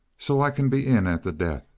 so i can be in at the death.